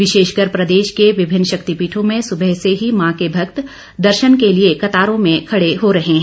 विशेषकर प्रदेश के विभिन्न शक्तिपीठों में सुबह से ही मां के भक्त दर्शन के लिए कतारों में खड़े हो रहे हैं